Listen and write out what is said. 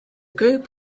group